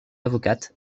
avocate